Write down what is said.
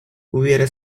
hubiera